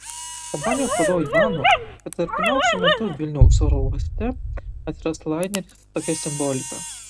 kompanijos vadovai mano kad artimiausiu metu vilniaus oro uoste atsiras laineris su tokia simbolika